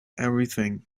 everything